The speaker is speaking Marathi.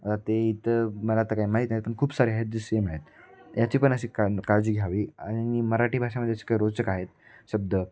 आता ते इथं मला आता काही माहीत नाहीत पण खूप सारे आहेत जे सेम आहेत याची पण अशी का काळजी घ्यावी आणि मराठी भाषामध्ये असं काय रोचक आहेत शब्द